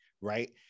right